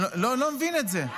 אני לא מבין את זה.